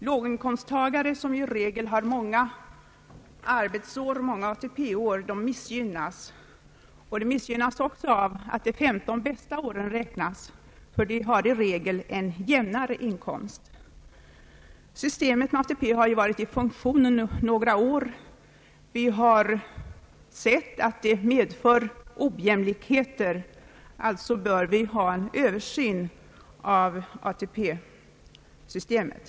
Låginkomsttagare, som i regel har många arbetsår, missgynnas av att de 15 bästa åren räknas, ty de har i regel en jämnare inkomst. Systemet med ATP har ju varit i funktion några år. Vi har sett att det medför ojämlikheter. Alltså bör det ske en översyn av ATP-systemet.